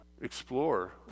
explore